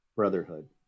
Brotherhood